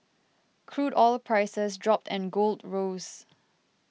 crude oil prices dropped and gold rose